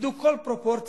איבדו כל פרופורציה,